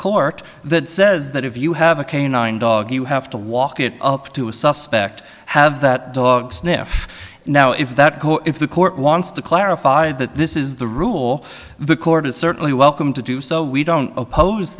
court that says that if you have a canine dog you have to walk it up to a suspect have that dog sniff now if that if the court wants to clarify that this is the rule the court is certainly welcome to do so we don't oppose